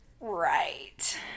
right